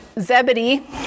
Zebedee